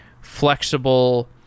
flexible